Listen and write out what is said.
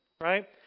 Right